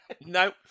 No